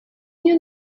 you